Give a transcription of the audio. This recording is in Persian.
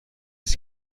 است